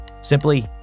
Simply